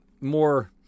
more